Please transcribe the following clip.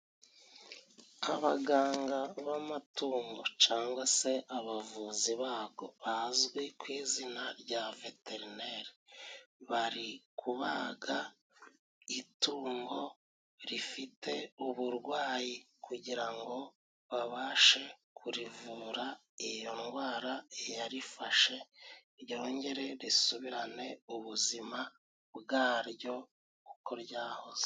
Abaganga b'amatungo cangwa se abavuzi bago bazwi ku izina rya veterineri, bari kubaga itungo rifite uburwayi kugira ngo babashe kurivura iyo ndwara yarifashe, ryongere risubirane ubuzima bwaryo uko ryahoze.